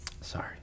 Sorry